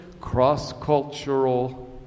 cross-cultural